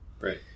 Right